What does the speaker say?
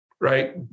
right